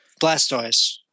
Blastoise